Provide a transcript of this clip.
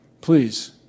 Please